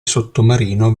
sottomarino